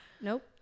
Nope